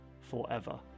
forever